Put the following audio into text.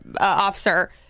officer